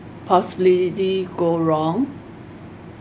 possibly easy go wrong